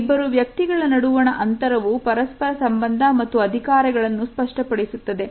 ಇಬ್ಬರು ವ್ಯಕ್ತಿಗಳ ನಡುವಣ ಅಂತರವು ಪರಸ್ಪರ ಸಂಬಂಧ ಮತ್ತು ಅಧಿಕಾರಗಳನ್ನು ಸ್ಪಷ್ಟಪಡಿಸುತ್ತವೆ